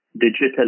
digital